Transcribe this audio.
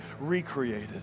recreated